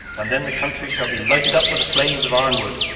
and then the country shall be lighted up with the flames of arnwood,